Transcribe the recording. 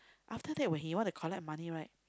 after that when he want to collect money right